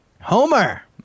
Homer